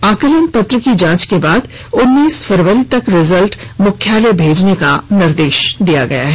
आकलन पत्र की जांच करने के बाद उन्नीस फरवरी तक रिजल्ट मुख्यालय भेजने का निर्देश दिया गया है